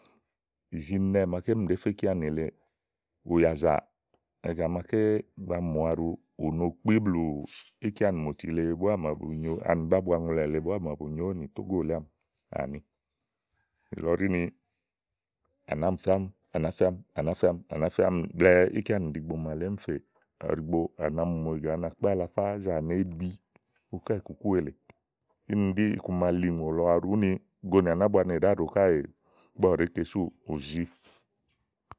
ìzinɛ màaké émi ɖèé fe íkeanì èle ùyàzà ègà màa ké ba mù aɖu ù ù no kpí blù íkeanì mòti le búá màa bu nyo ani bábua ŋɔɛ̀ màa bu nyo ówò nì tógó lèe ámi àni nìlɔ ɖi ni, à nà mi fè ámi, à nàá fe ámi ɖɛ́ɛ́ íkeanì màa lèe émi fè ɔ̀wɔ̀ ɖìigbo à nà mi mù ègà ani àkpé alafázà néèbì ukáìkukú èle kíni ɖi iku ma li ùŋò lɔ aɖu úni gonìà ni ábua ɖèé ɖe áàɖòo káèè ígbɔ ɔwɔ ɖèé ke súù ù zi.